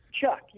chuck